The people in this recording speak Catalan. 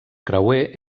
creuer